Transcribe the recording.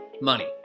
Money